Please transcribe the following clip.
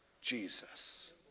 Jesus